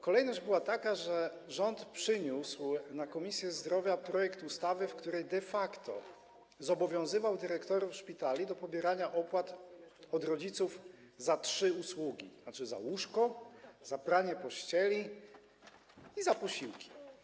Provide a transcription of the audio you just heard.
Kolejność była taka, że rząd przyniósł na posiedzenie Komisji Zdrowia projekt ustawy, w której de facto zobowiązywał dyrektorów szpitali do pobierania opłat od rodziców za trzy usługi, tzn. za łóżko, za pranie pościeli i za posiłki.